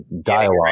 dialogue